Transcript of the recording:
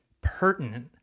Pertinent